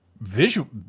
visual